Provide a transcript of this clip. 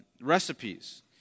recipes